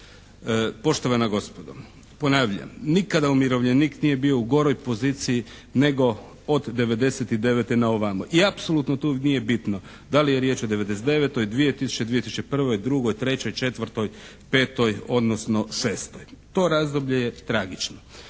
Poštovana gospodo, ponavljam. Nikada umirovljenik nije bio u goroj poziciji nego od 99. na ovamo i apsolutno tu nije bitno da li je riječ o 99., 2000., 2001., 2002., 2003., 2004., 2005., odnosno 2006. To razdoblje je tragično.